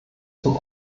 zum